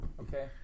Okay